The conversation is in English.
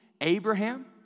Abraham